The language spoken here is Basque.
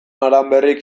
aranberrik